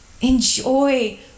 enjoy